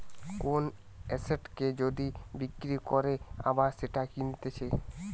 কোন এসেটকে যদি বিক্রি করে আবার সেটা কিনতেছে